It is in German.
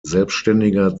selbständiger